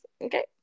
okay